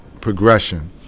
progression